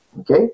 Okay